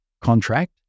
contract